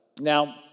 Now